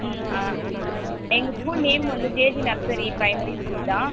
ம் ஆ எங்கள் ஸ்கூல் நேம் வந்து ஜேஜி நர்சரி ப்ரைமரி ஸ்கூல்தான்